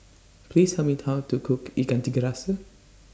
Please Tell Me How to Cook Ikan Tiga Rasa